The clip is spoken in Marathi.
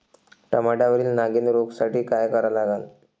टमाट्यावरील नागीण रोगसाठी काय करा लागन?